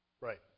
Right